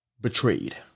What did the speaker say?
betrayed